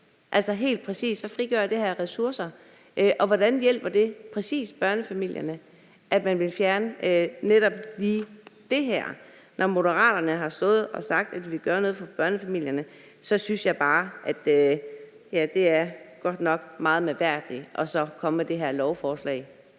Altså, hvad frigør det her af ressourcer, og hvordan hjælper det præcis børnefamilierne, at man fjerner netop lige det her? Når Moderaterne har stået og sagt, at de vil gøre noget for børnefamilierne, synes jeg bare, at det godt nok er meget mærkværdigt at komme med det her lovforslag.